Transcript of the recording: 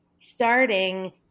starting